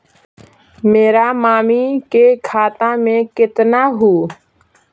मेरा मामी के खाता में कितना हूउ?